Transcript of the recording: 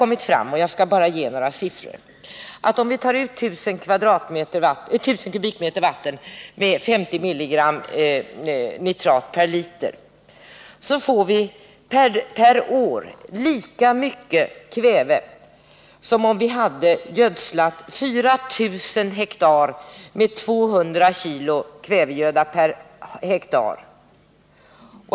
Jag skall ge några siffror. Om man tar ut 1 000 m? vatten med 50 mg nitrat per liter, får vi per år lika mycket kväve som om vi hade gödslat 4 000 hektar med 200 kg kvävegöda per hektar.